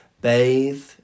bathe